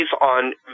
on